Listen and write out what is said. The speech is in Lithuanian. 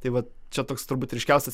tai vat čia toks turbūt ryškiausias